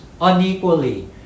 unequally